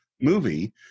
movie